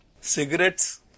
Cigarettes